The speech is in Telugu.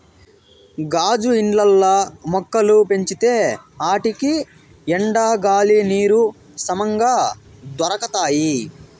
గాజు ఇండ్లల్ల మొక్కలు పెంచితే ఆటికి ఎండ, గాలి, నీరు సమంగా దొరకతాయి